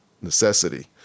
necessity